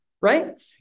right